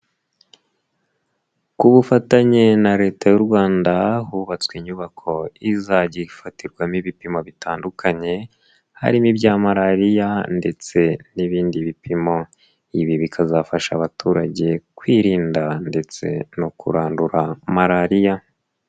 Ku bufatanye na Leta y'u Rwanda hubatswe inyubako izajya ifatirwamo ibipimo bitandukanye harimo ibya malariya ndetse n'ibindi bipimo, ibi bikazafasha abaturage kwirinda ndetse no kurandura malariya.